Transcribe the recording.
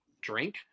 drink